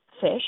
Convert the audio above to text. fish